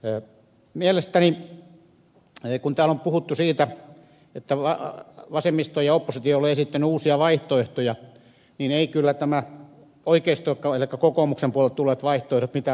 mielestäni kun täällä on puhuttu siitä että vasemmisto ja oppositio eivät ole esittäneet uusia vaihtoehtoja niin eivät kyllä oikeistonkaan elikkä kokoomuksen puolelta tulleet vaihtoehdot mitään uusia ole